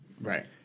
Right